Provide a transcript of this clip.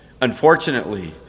Unfortunately